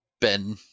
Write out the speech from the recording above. Ben